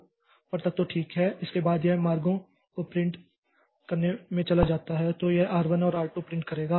इसलिए इतना ऊपर तक तो ठीक है इसके बाद यह मार्गों को प्रिंट करने में चला जाता है तो यह r1 और r2 प्रिंट करेगा